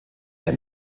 der